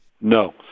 No